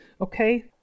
Okay